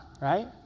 right